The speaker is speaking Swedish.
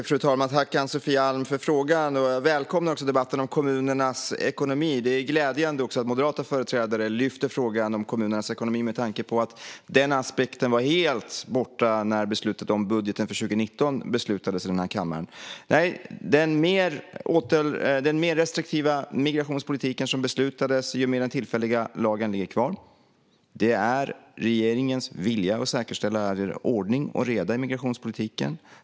Fru talman! Jag tackar Ann-Sofie Alm för frågan. Jag välkomnar också debatten om kommunernas ekonomi. Det är glädjande att moderata företrädare lyfter fram frågan om kommunernas ekonomi med tanke på att denna aspekt var helt borta när beslutet om budgeten för 2019 fattades i denna kammare. Den mer restriktiva migrationspolitik som det fattades beslut om i och med den tillfälliga lagen ligger fast. Det är regeringens vilja att säkerställa att det är ordning och reda i migrationspolitiken.